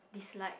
dislike